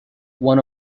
one